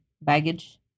baggage